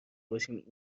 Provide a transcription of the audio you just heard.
باشیم